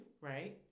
right